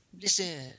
Listen